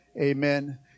amen